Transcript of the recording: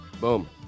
Boom